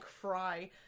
cry